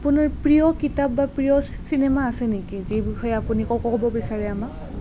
আপোনাৰ প্ৰিয় কিতাপ বা প্ৰিয় চিনেমা আছে নেকি যি বিষয়ে আপুনি ক ক'ব বিচাৰে আমাক